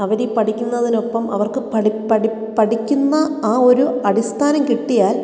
അവരീ പഠിക്കുന്നതിനൊപ്പം അവർക്ക് പഠി പഠി പഠിക്കുന്ന ആ ഒരു അടിസ്ഥാനം കിട്ടിയാൽ